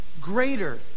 greater